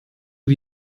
wie